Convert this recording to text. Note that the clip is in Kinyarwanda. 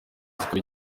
zikaba